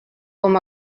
com